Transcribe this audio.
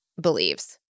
believes